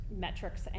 metrics